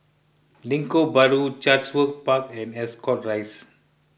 Lengkok Bahru Chatsworth Park and Ascot Rise